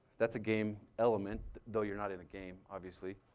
that's a game element though you're not in a game, obviously.